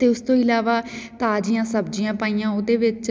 ਅਤੇ ਉਸ ਤੋਂ ਇਲਾਵਾ ਤਾਜ਼ੀਆਂ ਸਬਜ਼ੀਆਂ ਪਾਈਆਂ ਉਹਦੇ ਵਿੱਚ